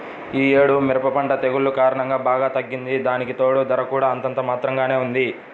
యీ యేడు మిరప పంట తెగుల్ల కారణంగా బాగా తగ్గింది, దానికితోడూ ధర కూడా అంతంత మాత్రంగానే ఉంది